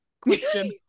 question